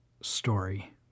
story